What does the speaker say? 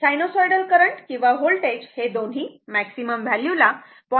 sinusoidal current किंवा voltage हे दोन्ही मॅक्सिमम व्हॅल्यूला 0